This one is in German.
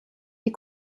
die